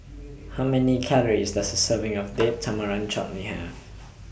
How Many Calories Does A Serving of Date Tamarind Chutney Have